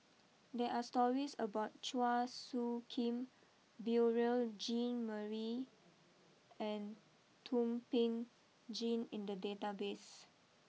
there are stories about Chua Soo Khim Beurel Jean Marie and Thum Ping Tjin in the database